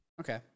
Okay